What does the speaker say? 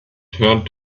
turned